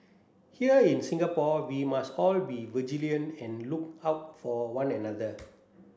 here in Singapore we must all be vigilant and look out for one another